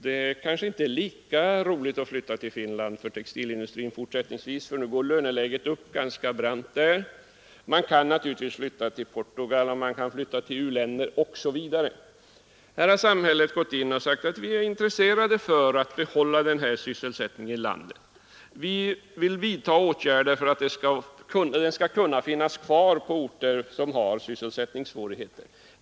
Det blir kanske hädanefter inte lika roligt för textilindustrin att flytta till Finland, för löneläget där går nu upp ganska brant. Man kan naturligtvis flytta till Portugal, till u-länderna osv. Men då har vi från samhällets sida gått in och förklarat att vi önskar behålla företagen i Sverige för att slå vakt om sysselsättningen i vårt land. Vi får väl då vidta åtgärder för att dessa företag skall kunna stanna kvar på framför allt sådana orter där man redan nu har sysselsättningssvårigheter.